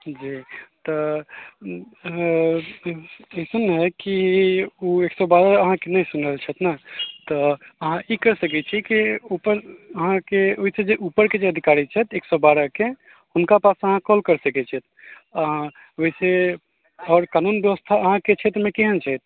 जी तऽ अइसन हइ कि ओ एक सओ बारह अहाँके नहि सुनल छथि नहि तऽ अहाँ ई करि सकै छी कि उपर अहाँके ओहिसँ जे उपरके जे अधिकारी छथि एक सओ बारहके हुनका पास अहाँ कॉल करि सकै छिए आओर वइसे कानून बेबस्था अहाँके क्षेत्रमे केहन छै